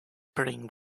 playing